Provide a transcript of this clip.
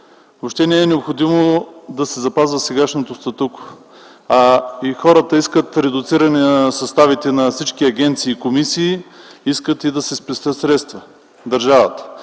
Въобще не е необходимо да се запазва сегашното статукво, а и хората искат редуциране на съставите на всички агенции, комисии, искат да се спестят средства в държавата